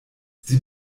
sie